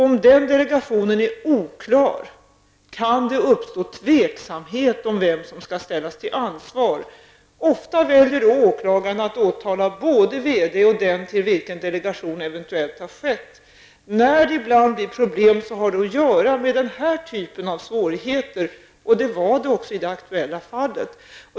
Om den delegeringen är oklar, kan det uppstå osäkerhet om vem som skall ställas till ansvar. Ofta väljer då åklagaren att åtala både VD och den till vilken delegationen eventuellt har skett. När det ibland uppstår problem, har det att göra med detta slag av svårigheter. Detta gäller också det aktuella fallet.